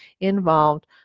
involved